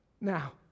Now